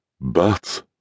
But